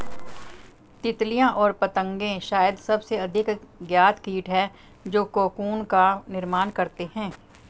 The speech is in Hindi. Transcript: तितलियाँ और पतंगे शायद सबसे अधिक ज्ञात कीट हैं जो कोकून का निर्माण करते हैं